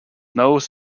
nose